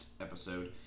episode